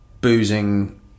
boozing